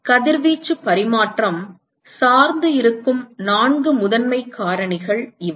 எனவே கதிர்வீச்சு பரிமாற்றம் சார்ந்து இருக்கும் நான்கு முதன்மை காரணிகள் இவை